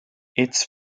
its